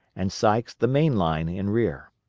and sykes the main line in rear.